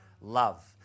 love